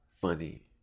funny